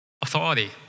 Authority